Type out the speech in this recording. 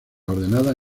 ordenadas